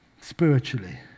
spiritually